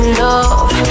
love